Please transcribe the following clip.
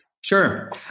Sure